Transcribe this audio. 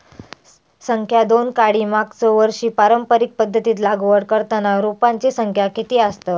संख्या दोन काडी मागचो वर्षी पारंपरिक पध्दतीत लागवड करताना रोपांची संख्या किती आसतत?